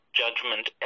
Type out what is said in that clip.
judgment